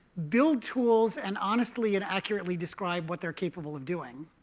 build tools and honestly and accurately describe what they're capable of doing.